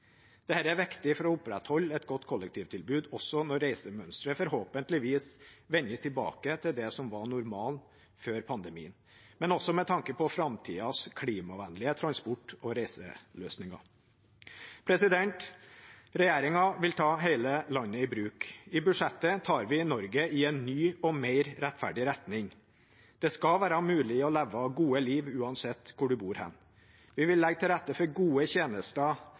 er viktig for å opprettholde et godt kollektivtilbud også når reisemønsteret forhåpentligvis vender tilbake til det som var normalen før pandemien, men også med tanke på framtidens klimavennlige transport- og reiseløsninger. Regjeringen vil ta hele landet i bruk. I budsjettet tar vi Norge i en ny og mer rettferdig retning. Det skal være mulig å leve et godt liv uansett hvor en bor. Vi vil legge til rette for gode tjenester